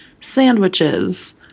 sandwiches